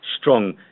strong